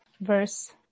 verse